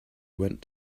went